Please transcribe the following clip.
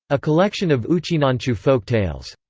a collection of uchinanchu folk tales.